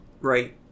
Right